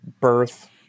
birth